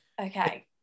Okay